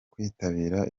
kwitabira